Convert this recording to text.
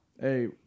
Hey